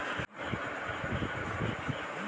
জুটের ইতিহাস দেখত গ্যালে সেটা ইন্দু সভ্যতা থিকে চলে আসছে